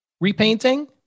repainting